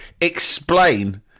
explain